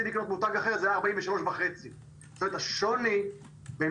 לקנות מותג אחר זה היה 43.5. השוני במידות,